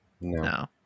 no